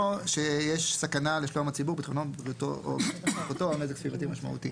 או שיש סכנה לשלום הציבור לבטיחותו או נזק סביבתי משמעותי.